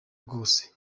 bwose